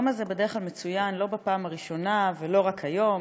היום הזה מצוין לא בפעם הראשונה ולא רק היום,